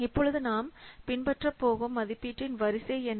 இப்பொழுது நாம் பின்பற்ற போகும் மதிப்பீட்டின் வரிசை என்ன